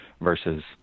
versus